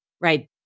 right